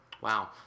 Wow